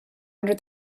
under